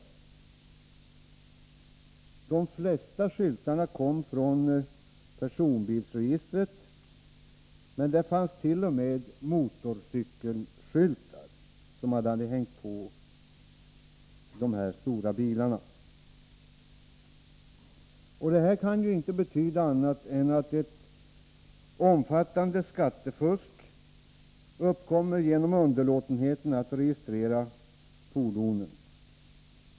De flesta skyltarna var från personbilar, men man hadet.o.m. hängt motorcykelskyltar på dessa stora bilar. Detta kan inte betyda annat än att det bedrivs ett omfattande skattefusk genom att man underlåter att registrera fordonen.